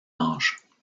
âge